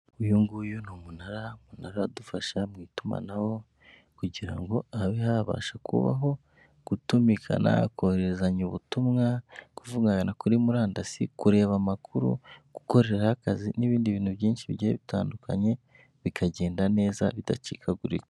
Uyu nguyu ni umunara umunara udufasha mu itumanaho, kugira ngo habe habasha kubaho gutumikana, kohererezanya ubutumwa, kuvugana kuri murandasi kureba amakuru, gukoreraraho akazi n'ibindi bintu byinshi bigiye bitandukanye bikagenda neza bidacikagutse.